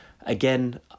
again